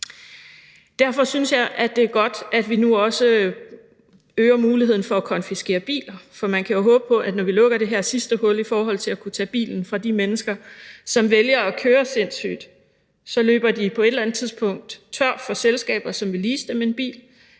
Derfor synes jeg, det er godt, at vi nu også øger muligheden for at konfiskere biler. For man kan jo håbe på, at når vi lukker det her sidste hul i forhold til at kunne tage bilen fra de mennesker, som vælger at køre sindssygt, så løber de på et eller andet tidspunkt tør for selskaber, som vil lease dem en bil,